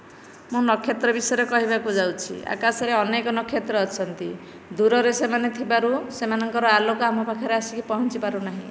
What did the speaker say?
ମୁଁ ନକ୍ଷତ୍ର ବିଷୟରେ କହିବାକୁ ଯାଉଛି ଆକାଶରେ ଅନେକ ନକ୍ଷତ୍ର ଅଛନ୍ତି ଦୂରରେ ସେମାନେ ଥିବାରୁ ସେମାନଙ୍କ ର ଆଲୋକ ଆମ ପାଖରେ ଆସିକି ପହଞ୍ଚି ପାରୁନାହିଁ